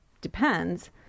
depends